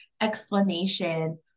explanation